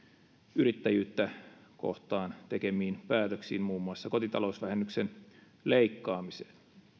yrittäjyyttä kohtaan tekemiin päätöksiin muun muassa kotitalousvähennyksen leikkaamiseen